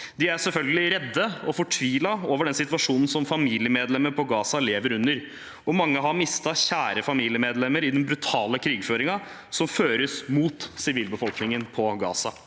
De er selvfølgelig redde og fortvilet over den situasjonen som familiemedlemmer i Gaza lever under, og mange har mistet kjære familiemedlemmer i den brutale krigføringen som føres mot sivilbefolkningen i Gaza.